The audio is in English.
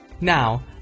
Now